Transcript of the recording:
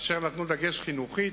אשר נתנו דגש חינוכי,